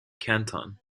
canton